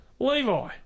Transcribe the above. Levi